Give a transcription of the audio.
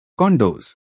condos